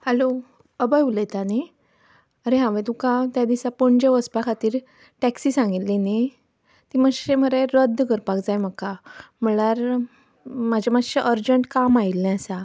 hello Abhay उलयता न्ही अरे हांवें तुका त्या दिसा पणजे वचपा खातीर टॅक्सी सांगिल्ली न्ही ती मातशी मरे रद्द करपाक जाय म्हणल्यार म्हजें मातशें अर्जंट काम आयिल्लें आसा